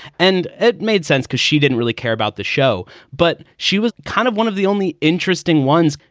and it made sense cause she didn't really care about the show. but she was kind of one of the only interesting ones,